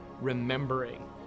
remembering